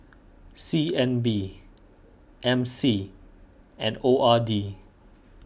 C N B M C and O R D